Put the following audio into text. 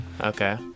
Okay